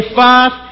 five